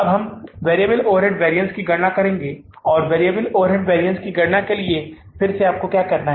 अब हम variable overhead variance की गणना करेंगे और वेरिएबल ओवरहेड वैरिअन्स की गणना के लिए फिर से आपको क्या करना है